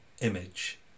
image